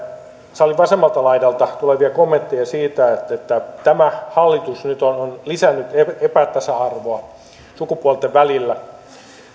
salin vasemmalta laidalta tulevia kommentteja siitä että tämä hallitus nyt on on lisännyt epätasa arvoa sukupuolten välillä